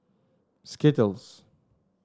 skittles